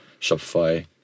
Shopify